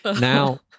Now